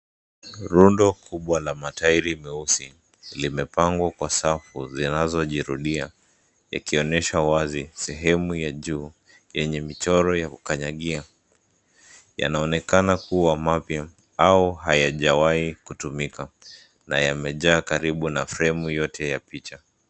Rundo kubwa la matairi meusi, limepangwa kwa safu, zinanazojirudia, ikionyesha wazi sehemu ya juu, yenye michoro ya kukanyagia. Yanaonekana kuwa mapya au hayajawai kutumika na yamejaa karibu na fremu yote ya picha.